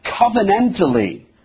covenantally